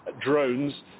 drones